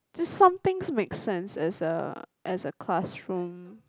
just some things make sense as a as a classroom